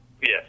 yes